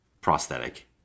prosthetic